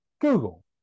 Google